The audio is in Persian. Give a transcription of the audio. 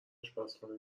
اشپزخونه